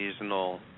seasonal